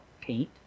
paint